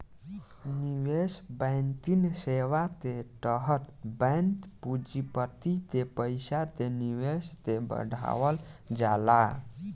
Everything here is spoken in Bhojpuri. निवेश बैंकिंग सेवा के तहत बैंक पूँजीपति के पईसा के निवेश के बढ़ावल जाला